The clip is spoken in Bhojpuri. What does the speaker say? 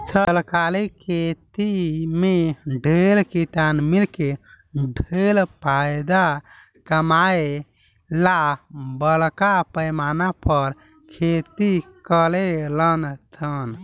सरकारी खेती में ढेरे किसान मिलके ढेर फायदा कमाए ला बरका पैमाना पर खेती करेलन सन